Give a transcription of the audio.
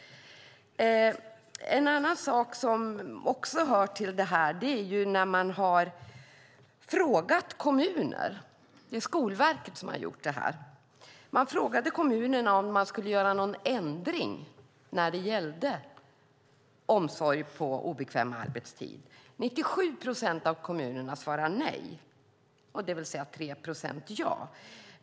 En annan sak som hör till detta är att Skolverket har frågat kommunerna om huruvida de skulle göra någon ändring när det gäller omsorg på obekväm arbetstid. 97 procent av kommunerna svarade nej, det vill säga att 3 procent svarade ja.